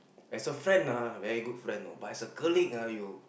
as a friend ah very good friend know but as a colleague ah you